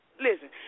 Listen